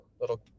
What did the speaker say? little